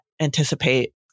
anticipate